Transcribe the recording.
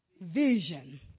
vision